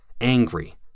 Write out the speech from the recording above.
angry